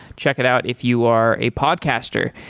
check it out if you are a podcaster,